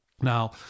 Now